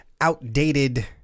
outdated